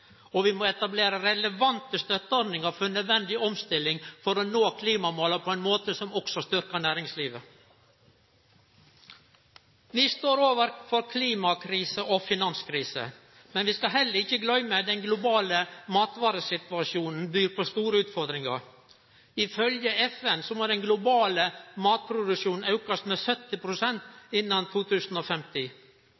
og vi må etablere relevante støtteordningar for nødvendig omstilling for å nå klimamåla på ein måte som òg styrkjer næringslivet. Vi står overfor klimakrise og finanskrise, men vi skal heller ikkje gløyme at den globale matvaresituasjonen byr på store utfordringar. Ifølgje FN må den globale matproduksjonen aukast med